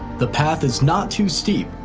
the path is not too steep.